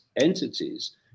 entities